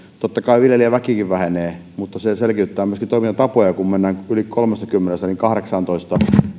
totta kai viljelijäväkikin vähenee mutta se selkiyttää myöskin toimintatapoja kun mennään yli kolmestakymmenestä kahdeksaantoista